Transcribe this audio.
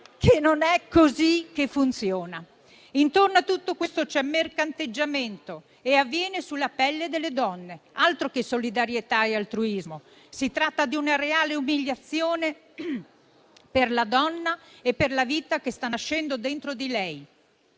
che non è così che funziona. Intorno a tutto questo c'è mercanteggiamento e avviene sulla pelle delle donne, altro che solidarietà e altruismo. Si tratta di una reale umiliazione per la donna e per la vita che sta nascendo dentro di lei,